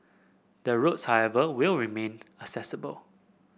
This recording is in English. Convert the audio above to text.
the roads however will remain accessible